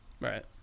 Right